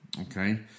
okay